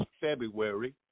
February